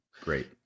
Great